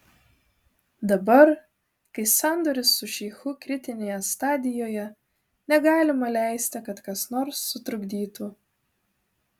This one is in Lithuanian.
dabar kai sandoris su šeichu kritinėje stadijoje negalima leisti kad kas nors sutrukdytų